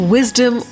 Wisdom